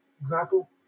example